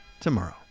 tomorrow